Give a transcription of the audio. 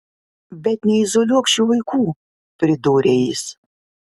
bet neizoliuok šių vaikų pridūrė jis